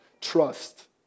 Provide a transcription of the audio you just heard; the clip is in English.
Trust